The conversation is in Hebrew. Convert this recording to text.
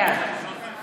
בעד